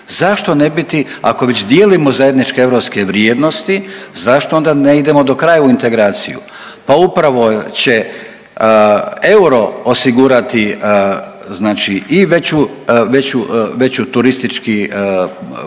Zašto ne biti ako već dijelimo zajedničke europske vrijednosti zašto onda ne idemo dokraja u integraciju, pa upravo će euro osigurati znači i veću,